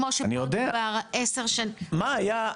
כמו שפה דובר על עשר --- מה היה,